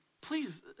Please